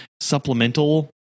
supplemental